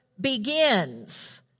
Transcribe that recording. begins